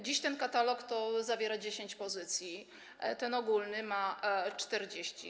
Dziś ten katalog zawiera 10 pozycji, ten ogólny ma 40.